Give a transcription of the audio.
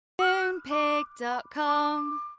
Moonpig.com